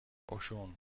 اوشون